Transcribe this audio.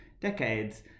decades